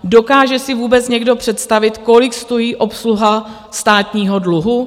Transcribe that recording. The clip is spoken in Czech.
Dokáže si vůbec někdo představit, kolik stojí obsluha státního dluhu?